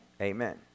Amen